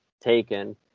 taken